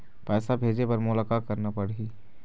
पैसा भेजे बर मोला का करना पड़ही?